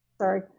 Sorry